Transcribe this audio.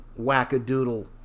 wackadoodle